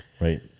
right